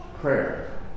prayer